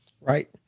Right